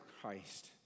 Christ